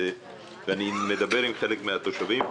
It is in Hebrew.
אני מדבר עם חלק מהתושבים.